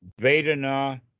Vedana